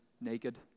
naked